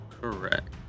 Correct